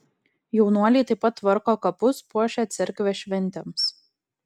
jaunuoliai taip pat tvarko kapus puošia cerkvę šventėms